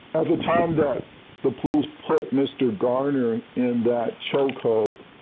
at the time that the police put mr. garner in that chokehold,